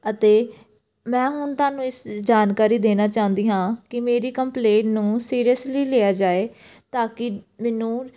ਅਤੇ ਮੈਂ ਹੁਣ ਤੁਹਾਨੂੰ ਇਸ ਜਾਣਕਾਰੀ ਦੇਣਾ ਚਾਹੁੰਦੀ ਹਾਂ ਕਿ ਮੇਰੀ ਕੰਪਲੇਂਟ ਨੂੰ ਸੀਰੀਅਸਲੀ ਲਿਆ ਜਾਵੇ ਤਾਂ ਕਿ ਮੈਨੂੰ